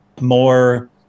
more